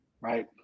Right